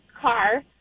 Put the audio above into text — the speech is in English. car